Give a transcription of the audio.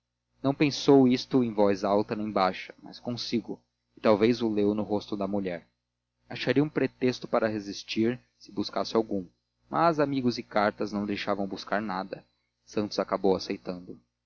não pensou isto em voz alta nem baixa mas consigo e talvez o leu no rosto da mulher acharia um pretexto para resistir se buscasse algum mas amigos e cartas não deixavam buscar nada santos acabou aceitando